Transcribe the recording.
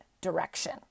direction